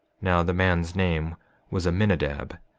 now the man's name was aminadab.